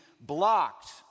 blocked